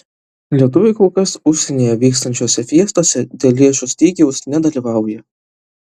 lietuviai kol kas užsienyje vykstančiose fiestose dėl lėšų stygiaus nedalyvauja